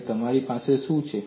અને તમારી પાસે શું છે